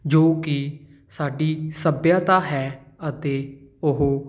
ਜੋ ਕਿ ਸਾਡੀ ਸੱਭਿਅਤਾ ਹੈ ਅਤੇ ਉਹ